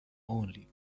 only